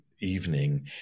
evening